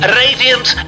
radiant